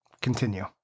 Continue